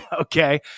Okay